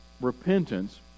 repentance